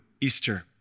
Easter